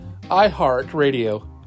iHeartRadio